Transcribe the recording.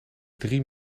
drie